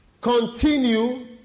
continue